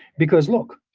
because look.